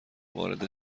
وارد